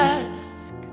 ask